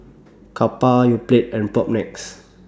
Kappa Yoplait and Propnex